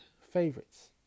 favorites